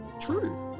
True